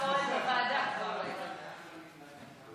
ההצעה להעביר את הנושא לוועדה הזמנית לענייני כספים